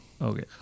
Okay